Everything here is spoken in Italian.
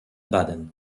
baden